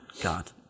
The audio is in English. God